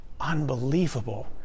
unbelievable